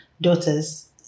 daughters